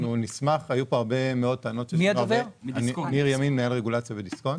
אני מנהל רגולציה בדיסקונט.